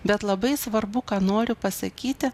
bet labai svarbu ką noriu pasakyti